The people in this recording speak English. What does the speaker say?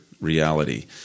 reality